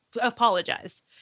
apologize